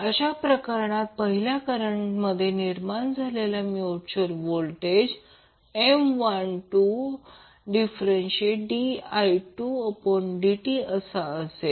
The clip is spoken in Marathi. अशा प्रकरणात पहिल्या करंटचा निर्माण झालेला म्युच्युअल व्होल्टेज M12di2dtअसेल